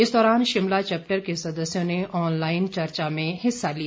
इस दौरान शिमला चैप्टर के सदस्यों ने ऑनलाइन चर्चा में हिस्सा लिया